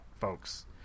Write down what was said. folks